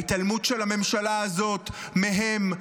ההתעלמות של הממשלה הזאת מהם,